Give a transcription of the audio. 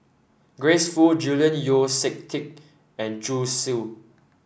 Grace Fu Julian Yeo See Teck and Zhu Xu